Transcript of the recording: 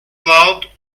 loud